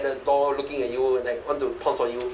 the door looking at you like want to pounce on you